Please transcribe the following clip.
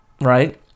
right